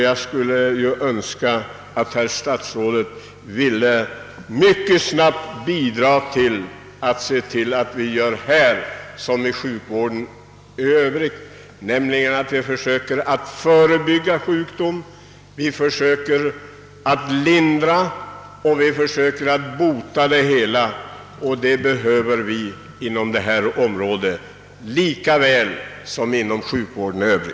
Jag skulle önska att herr statsrådet mycket snabbt ville bidraga till att härvidlag liksom när det gäller hälsovården i övrigt försöka både förebygga, lindra och bota sjukdom. Det behövs lika väl på detta område som på andra.